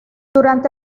durante